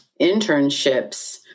internships